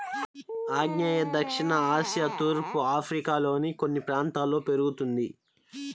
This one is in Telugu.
ఆగ్నేయ దక్షిణ ఆసియా తూర్పు ఆఫ్రికాలోని కొన్ని ప్రాంతాల్లో పెరుగుతుంది